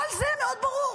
כל זה מאוד ברור,